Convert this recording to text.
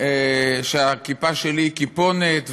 שהכיפה שלי היא כיפונת,